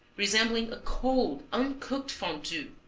resembling a cold, uncooked fondue.